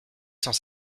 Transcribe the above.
cent